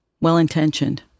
Well-intentioned